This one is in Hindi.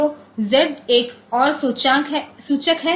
तो Z एक और सूचक है